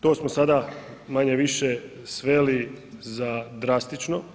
To smo sada manje-više sveli za drastično.